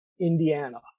Indiana